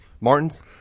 Martin's